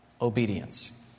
Obedience